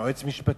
יועץ משפטי.